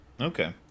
Okay